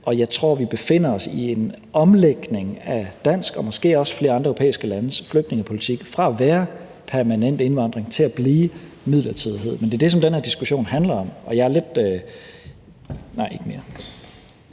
Jeg tror, at vi befinder os i en omlægning af dansk og måske også flere andre europæiske landes flygtningepolitik fra at være permanent indvandring til at blive midlertidig. Men det er det, som den her diskussion handler om. Kl. 13:22 Formanden (Henrik